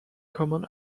common